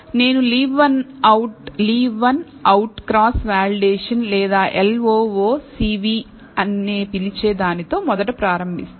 నేను leave one out cross validation లేదా LOOCV అని పిలిచే దానితో మొదట ప్రారంభిస్తాను